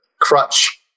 crutch